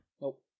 Nope